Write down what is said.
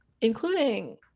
including